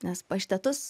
nes paštetus